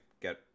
get